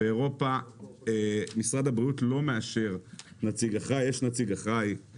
באירופה משרד הבריאות לא מאשר נציג אחראי,